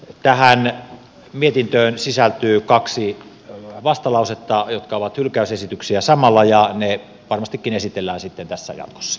tähän mietintöön sisältyy kaksi vastalausetta jotka ovat hylkäysesityksiä samalla ja ne varmastikin esitellään sitten tässä jatkossa